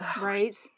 Right